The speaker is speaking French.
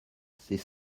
c’est